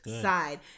side